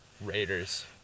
Raiders